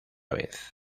vez